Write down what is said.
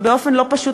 ובאופן לא פשוט,